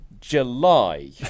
July